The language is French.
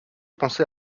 pensé